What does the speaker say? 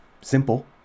simple